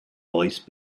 voice